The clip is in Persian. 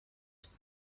امکان